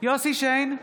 יוסף שיין,